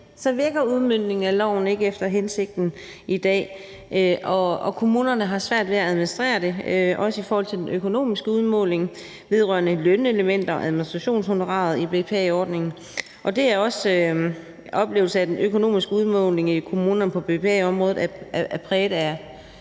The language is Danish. se, virker udmøntningen af loven ikke efter hensigten i dag, og kommunerne har svært ved at administrere det, også i forhold til den økonomiske udmåling vedrørende lønelementer og administrationshonoraret i BPA-ordningen, og det er også oplevelsen, at den økonomiske udmåling i kommunerne på bevægeområdet er præget af